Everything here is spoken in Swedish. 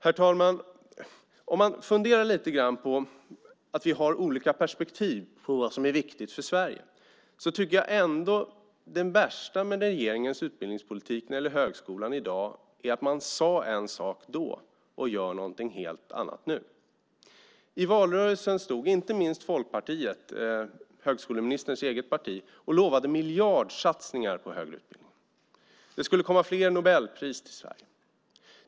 Herr talman! Om man funderar lite grann på att vi har olika perspektiv på vad som är viktigt för Sverige tycker jag ändå att det värsta med regeringens utbildningspolitik när det gäller högskolan i dag är att man sade en sak då och gör någonting helt annat nu. I valrörelsen stod inte minst Folkpartiet, högskoleministerns eget parti, och lovade miljardsatsningar på högre utbildning. Det skulle komma fler Nobelpris till Sverige.